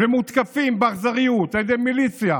ומותקפים באכזריות על ידי מיליציה